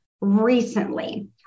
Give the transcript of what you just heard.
recently